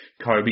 Kobe